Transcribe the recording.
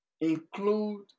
include